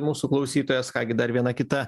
mūsų klausytojas ką gi dar viena kita